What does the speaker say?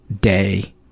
day